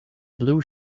blue